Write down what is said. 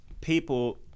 people